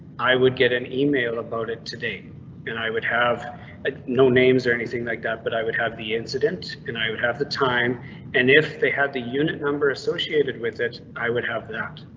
i would get an email about it today and i would have ah no names or anything like that. but i would have the incident and i would have the time and if they had the unit number associated with it i would have that.